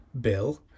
Bill